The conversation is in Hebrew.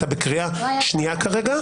אתה בקריאה שנייה כרגע.